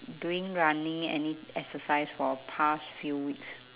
doing running any exercise for past few weeks